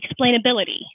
explainability